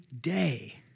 day